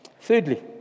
Thirdly